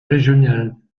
régionale